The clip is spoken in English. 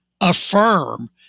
affirm